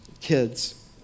kids